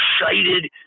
excited